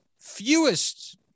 fewest